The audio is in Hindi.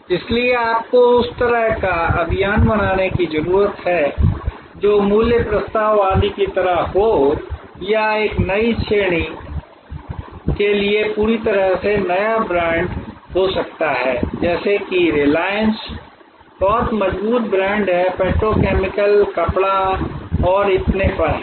इसलिए आपको उस तरह का अभियान बनाने की जरूरत है जो मूल्य प्रस्ताव आदि की तरह हो या एक नई सेवा श्रेणी के लिए पूरी तरह से नया ब्रांड हो सकता है जैसे कि रिलायंस बहुत मजबूत ब्रांड है पेट्रोकेमिकल कपड़ा और इतने पर हैं